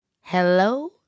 Hello